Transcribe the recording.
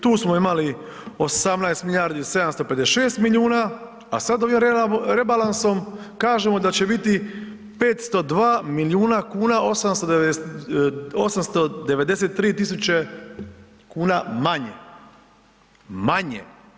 Tu smo imali 18 milijardi 756 milijuna, a sada ovim rebalansom kažemo da će biti 502 milijuna kuna 893 tisuće kuna manje, manje.